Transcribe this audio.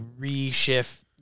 reshift